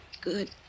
Good